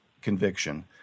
conviction